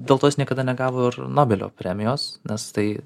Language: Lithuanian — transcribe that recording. dėl to jis niekada negavo nobelio premijos nes tai